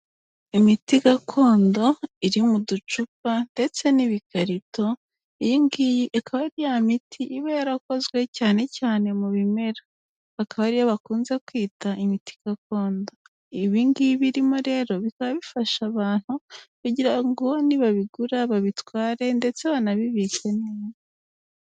Imiti gakondo iri mu ducupa ndetse n'ibikarito. Iyi ngiyi ikaba ari ya miti iba yarakozwe cyane cyane mu bimera, akaba ariyo bakunze kwita imititi gakondo. Ibi ngibi irimo rero bikaba bifasha abantu kugira ngo nibabigura babitware ndetse banabibike neza.